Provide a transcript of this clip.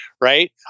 right